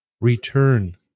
Return